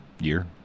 year